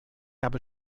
habe